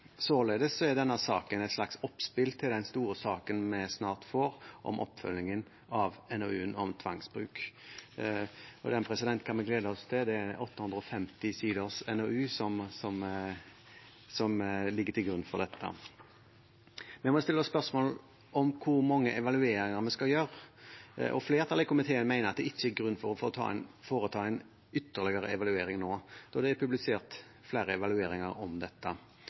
Således er denne saken et slags oppspill til den store saken vi snart får om oppfølgingen av NOU-en om tvangsbruk. Den kan vi glede oss til, det er en 850 siders NOU som ligger til grunn for dette. Det kan stilles spørsmål om hvor mange evalueringer vi skal gjøre. Flertallet i komiteen mener at det ikke er grunn til å foreta en ytterligere evaluering nå, da det er publisert flere evalueringer om dette